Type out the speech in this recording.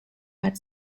had